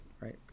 right